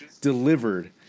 delivered